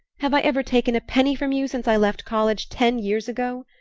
have i ever taken a penny from you since i left college ten years ago?